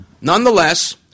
Nonetheless